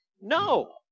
No